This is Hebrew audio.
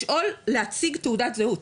להציג תעודת זהות,